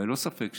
ללא ספק,